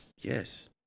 Yes